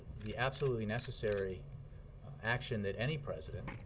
the absolutely necessary action that any president,